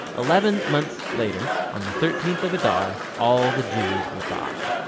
eleven months later, on the thirteenth of adar, all the jews will die.